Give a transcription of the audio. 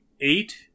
Eight